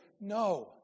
no